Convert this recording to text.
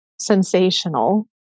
sensational